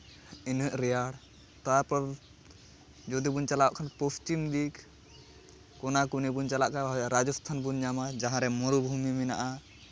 ᱤᱱᱟᱹᱜ ᱨᱮᱭᱟᱲ ᱛᱟᱨᱯᱚᱨ ᱡᱚᱫᱤ ᱵᱚᱱ ᱪᱟᱞᱟᱜ ᱠᱷᱟᱱ ᱯᱚᱥᱪᱤᱢ ᱫᱤᱠ ᱠᱳᱱᱟᱼᱠᱚᱱᱤ ᱵᱚᱱ ᱪᱟᱞᱟᱜ ᱠᱷᱟᱡ ᱨᱟᱡᱚᱥᱛᱷᱟᱱ ᱵᱚᱱ ᱧᱟᱢᱟ ᱡᱟᱦᱟᱸᱨᱮ ᱢᱚᱨᱩᱵᱷᱩᱢᱤ ᱢᱮᱱᱟᱜᱼᱟ